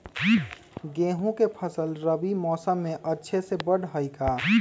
गेंहू के फ़सल रबी मौसम में अच्छे से बढ़ हई का?